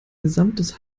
gesamtes